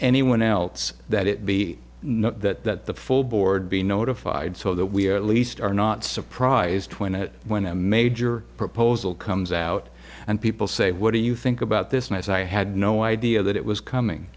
anyone else that it be not that the full board be notified so that we are at least are not surprised when it when a major proposal comes out and people say what do you think about this mess i had no idea that it was coming